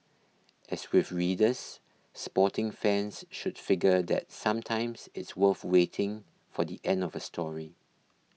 as with readers sporting fans should figure that sometimes it's worth waiting for the end of a story